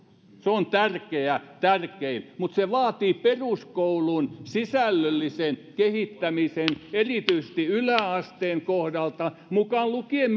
se on tärkeä tärkein mutta se vaatii peruskoulun sisällöllisen kehittämisen erityisesti yläasteen kohdalla mukaan lukien